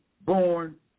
born